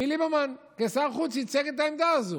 ליברמן כשר חוץ ייצג את העמדה הזו.